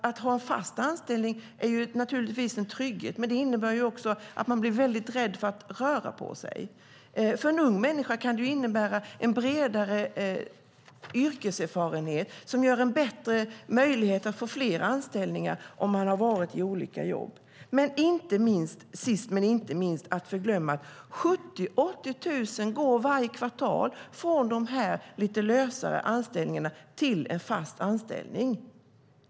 Att ha en fast anställning är naturligtvis en trygghet, men det innebär också att man blir väldigt rädd för att röra på sig. För en ung människa kan det innebära en bredare yrkeserfarenhet, som ger en bättre möjligheter att få fler anställningar, om man har varit i olika jobb. Sist men inte minst: 70 000-80 000 går varje kvartal från de lite lösare anställningarna till en fast anställning.